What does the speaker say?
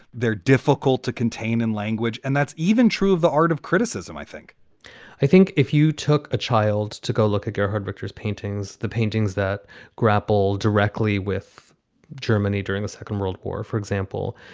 they're difficult to contain in language. and that's even true of the art of criticism, i think i think if you took a child to go look at yahud victor's paintings, the paintings that grapple directly with germany during the second world war, for example,